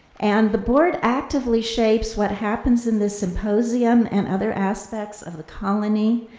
and the board actively shapes what happens in this symposium and other aspects of the colony.